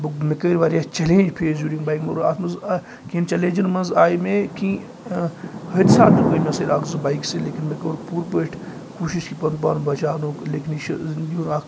بہٕ مےٚ کٔرۍ وارِیاہ چَلینج فیس جوٗرِنٛگ بایک مَگَر اَتھ منٛز اوس اکھ چَلینجِزن منٛز آیہِ مےٚ کیٚنٛہہ حأدۍثٲتھ تہٕ گٔیہ مےٚ سٍتۍ اکھ زٕ بایکہِ سٍتۍ لیکِن مےٚ کوٚر پوٗرٕ پٲٹھۍ کوٗشِش کہِ پَنُن پان بَچاونُک لیکِن یہِ چھِ زِنٛدگی ہُنٛد اَکھ